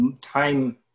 time